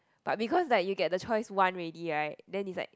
but because like you get the choice one already right then is like